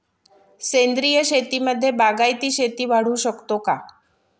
सेंद्रिय शेतीमध्ये बागायती शेती वाढवू शकतो का?